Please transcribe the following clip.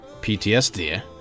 ptsd